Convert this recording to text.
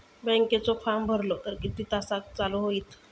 बँकेचो फार्म भरलो तर किती तासाक चालू होईत?